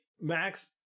Max